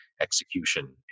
execution